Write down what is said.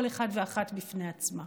כל אחד ואחת בפני עצמה.